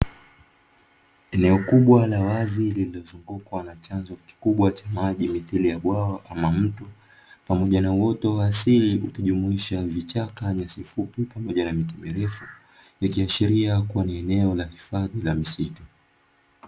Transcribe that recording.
Eneo kubwa la wazi lililozungukwa na chanzo kikubwa cha maji mithili ya bwawa kama mto pamoja na uoto wa asili ukijumuisha: vichaka, nyasi fupi pamoja na miti mirefu vikiashiria kuwa ni eneo la hifadhi la misitu.